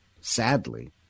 sadly